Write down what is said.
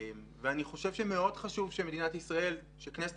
אני חושב שמאוד חשוב שמדינת ישראל וכנסת